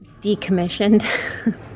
decommissioned